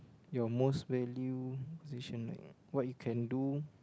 your most value possession like what you can do